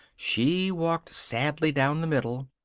she walked sadly down the middle,